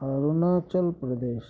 Arunachal Pradesh